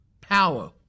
power